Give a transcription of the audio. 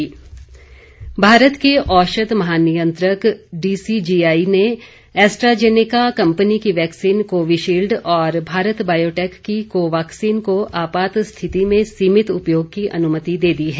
vaccine मंजूरी भारत के औषध महानियंत्रक डीसीजीआई ने एस्ट्राजेनेका कंपनी की वैक्सीन कोविशील्ड और भारत बायोटेक की को वाक्सीन को आपात स्थिति में सीमित उपयोग की अनुमति दे दी है